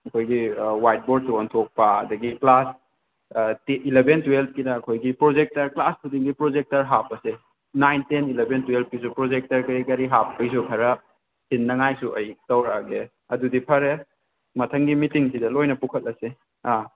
ꯑꯩꯈꯣꯏꯒꯤ ꯋꯥꯏꯠ ꯕꯣꯔꯗꯁꯨ ꯑꯣꯟꯊꯣꯛꯄ ꯑꯗꯒꯤ ꯀ꯭ꯂꯥꯁ ꯏꯂꯦꯚꯦꯟ ꯇꯨꯌꯦꯜꯐ ꯀꯤꯅ ꯑꯩꯈꯣꯏꯒꯤ ꯄ꯭ꯔꯣꯖꯦꯛꯇꯔ ꯀ꯭ꯂꯥꯁ ꯈꯨꯗꯤꯡꯒꯤ ꯄ꯭ꯔꯣꯖꯦꯛꯇꯔ ꯍꯥꯞꯄꯁꯦ ꯅꯥꯏꯟ ꯇꯦꯟ ꯏꯂꯦꯚꯦꯟ ꯇꯨꯌꯦꯜꯐ ꯀꯤꯁꯨ ꯄ꯭ꯔꯣꯖꯦꯛꯇꯔ ꯀꯔꯤ ꯀꯔꯤ ꯍꯥꯞꯄꯩꯁꯨ ꯈꯔ ꯁꯤꯟꯅꯤꯉꯥꯏꯁꯨ ꯑꯩ ꯇꯧꯔꯛꯑꯒꯦ ꯑꯗꯨꯗꯤ ꯐꯔꯦ ꯃꯊꯪꯒꯤ ꯃꯤꯇꯤꯡꯁꯤꯗ ꯂꯣꯏꯅ ꯄꯨꯈꯠꯂꯁꯦ ꯑꯥ